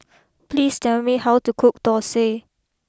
please tell me how to cook Thosai